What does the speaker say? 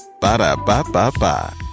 ba-da-ba-ba-ba